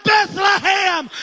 Bethlehem